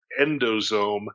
endosome